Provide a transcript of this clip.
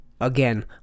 Again